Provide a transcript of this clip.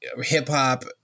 hip-hop